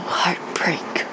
heartbreak